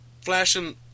Flashing